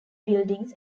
buildings